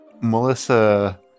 Melissa